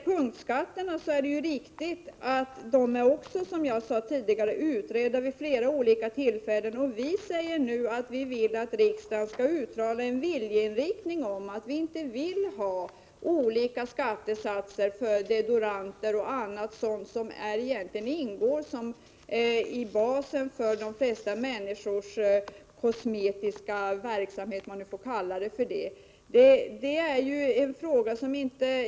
Punktskatterna är, som jag sade, också utredda vid flera olika tillfällen. Vi vill nu att riksdagen skall uttala en viljeinriktning, att vi inte skall ha olika skattesatser för deodoranter och annat sådant som egentligen ingår i basen för de flesta människors kosmetiska verksamhet, om jag får kalla det så.